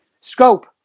scope